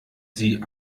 sie